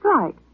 right